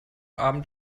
abend